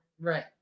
Right